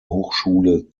hochschule